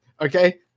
Okay